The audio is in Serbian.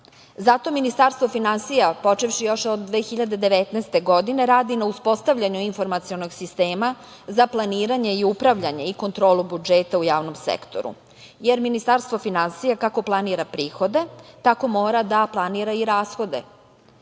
Ministarstvo finansija, počevši još od 2019. godine radi na uspostavljanju informacionog sistema za planiranje i upravljanje i kontrolu budžeta u javnom sektoru, jer Ministarstvo finansija, kako planira prihode, tako mora da planira i rashode. Zato